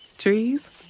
trees